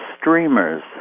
streamers